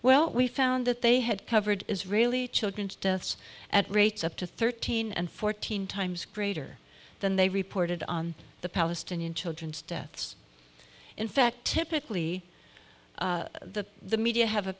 well we found that they had covered israeli children deaths at rates up to thirteen and fourteen times greater than they reported on the palestinian children's deaths in fact typically the the media have a